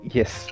yes